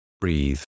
breathe